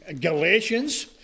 Galatians